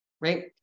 Right